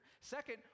Second